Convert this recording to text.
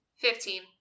Fifteen